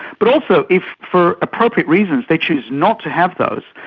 but also if for appropriate reasons they choose not to have those,